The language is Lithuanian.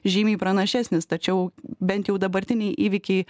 žymiai pranašesnis tačiau bent jau dabartiniai įvykiai